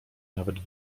nawet